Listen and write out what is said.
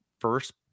first